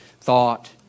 thought